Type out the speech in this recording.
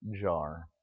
jar